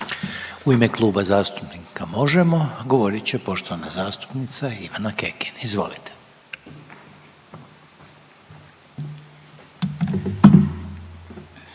U ime Kluba zastupnika HDZ-a govorit će poštovani zastupnik Ivan Kirin. Izvolite.